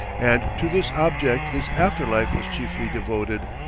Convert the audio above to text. and to this object his after life was chiefly devoted.